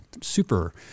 super